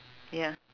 ya